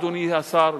אדוני השר,